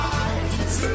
eyes